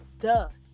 dust